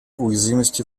уязвимости